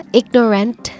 ignorant